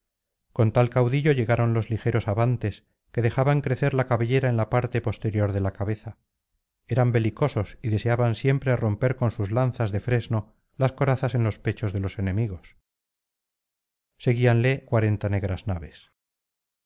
con tal caudillo llegaron los ligeros abantes que dejaban crecer la cabellera en la parte posterior de la cabeza eran belicosos y deseaban siempre romper con sus lanzas de fresno las corazas en los pechos de los enemigos seguíanle cuarenta negras naves